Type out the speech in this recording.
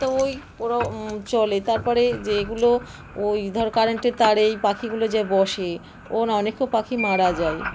তো ওই ওরা চলে তারপরে যেগুলো ওই ধরো কারেন্টের তারে এই পাখিগুলো যে বসে ও অনেকও পাখি মারা যায়